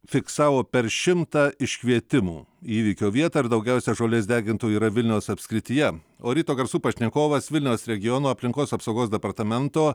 fiksavo per šimtą iškvietimų į įvykio vietą ir daugiausia žolės degintojų yra vilniaus apskrityje o ryto garsų pašnekovas vilniaus regiono aplinkos apsaugos departamento